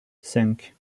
cinq